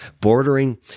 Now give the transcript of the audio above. bordering